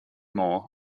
more